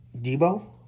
Debo